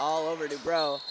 all over to grow